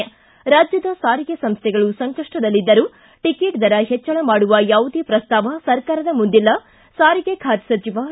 ಿ ರಾಜ್ವದ ಸಾರಿಗೆ ಸಂಸ್ಥೆಗಳು ಸಂಕಷ್ಪದಲ್ಲಿದ್ದರೂ ಟಕೆಟ್ ದರ ಹೆಚ್ಚಳ ಮಾಡುವ ಯಾವುದೇ ಪ್ರಸ್ತಾವ ಸರ್ಕಾರದ ಮುಂದಿಲ್ಲ ಸಾರಿಗೆ ಖಾತೆ ಸಚಿವ ಲಕ್ಷ್ಮಣ ಸವದಿ